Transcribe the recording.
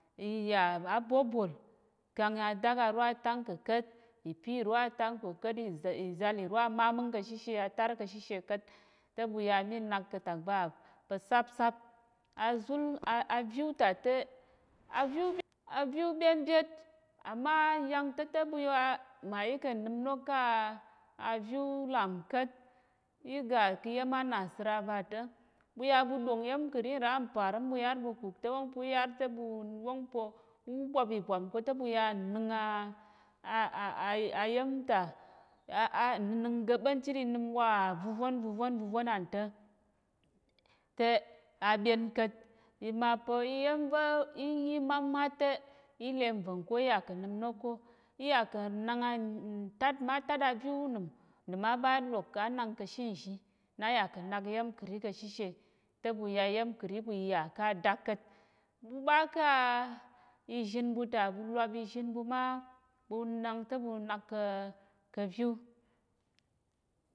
Iya abobol kang adak aro atang koka̱t ipi ro atang koka̱t izal iro a maming kashishe atar kashishe ka̱t te ɓuya mi nang ka̱tak va pa̱ sapsap azul a aviu tate aviu ɓyenbet ama yangta̱te buya mayi ka̱n nimnok ka viu lam ka̱t iga kiyem a nasəra vatə ɓuya ɓu ɗong iyemkəri nra parim ɓu yar ɓu kuk te wongpu yar ta̱bu wongpo ubwap ibwam kote ɓuya nning a ayemta ningning gəɓən chit iɓan nimwa vəvon- vəvon- vəvon antə te aɓyen ka̱t imapa̱ iyemva̱ inyi mamat te i lye nvongko iyakən nimnok ko iyakən nak a ntat ma tat aviu unìm nìm aɓa lok anang kashi nzhi nayakə nak iyemkəri kashishe tə ɓuya iyemkəri ɓu iya ka dak ka̱t ɓuɓa ka izhin ɓuta bulwap izhin ɓu ma bunang te ɓunak ka̱ ka̱viu